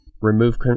remove